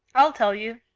i'll tell you.